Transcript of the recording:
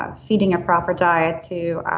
ah feeding a proper diet to.